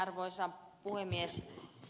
arvoisa puhemies